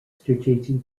strategic